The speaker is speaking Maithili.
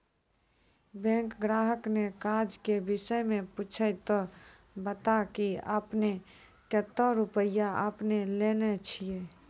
बैंक ग्राहक ने काज के विषय मे पुछे ते बता की आपने ने कतो रुपिया आपने ने लेने छिए?